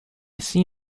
see